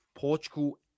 Portugal